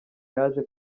yaje